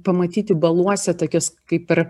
pamatyti baluose tokius kaip ir